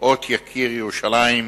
אות "יקיר ירושלים",